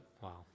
Wow